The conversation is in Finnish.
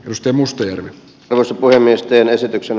rustem mustajärvi jossa voi myös tehdä esityksen